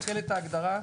תסתכל בהגדרה.